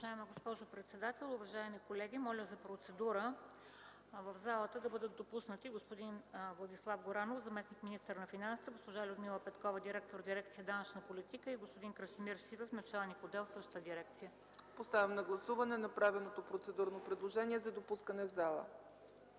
Подлагам на гласуване направеното процедурно предложение за допускане в залата.